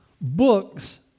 Books